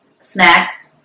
snacks